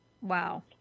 wow